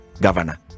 governor